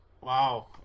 Wow